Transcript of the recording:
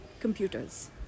computers